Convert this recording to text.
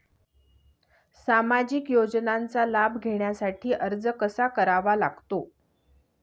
सामाजिक योजनांचा लाभ घेण्यासाठी अर्ज कसा करावा लागतो?